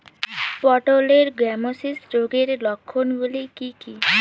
পটলের গ্যামোসিস রোগের লক্ষণগুলি কী কী?